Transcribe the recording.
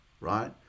right